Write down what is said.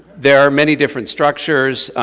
there are many different structures,